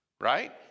Right